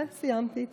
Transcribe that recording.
וסיימתי.